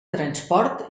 transport